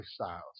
lifestyles